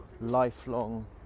lifelong